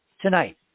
tonight